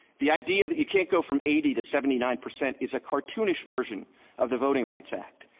the idea that you can't go from eighty to seventy nine percent is a cartoonish version of the voting rights act.